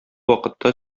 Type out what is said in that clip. вакытта